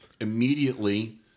immediately